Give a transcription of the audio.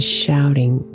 shouting